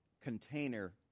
container